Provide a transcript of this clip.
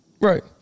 right